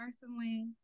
personally